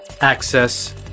access